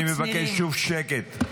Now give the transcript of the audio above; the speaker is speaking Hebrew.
אני מבקש שוב שקט.